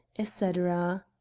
etc.